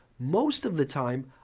most of the time,